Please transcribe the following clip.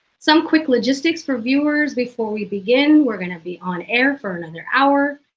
some quick logistics for viewers before we begin. we're gonna be on air for another hour.